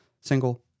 single